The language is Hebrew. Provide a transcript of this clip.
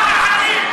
בושה וחרפה.